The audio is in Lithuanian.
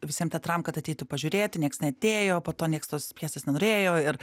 visiem teatram kad ateitų pažiūrėti nieks neatėjo po to nieks tos pjesės nenorėjo ir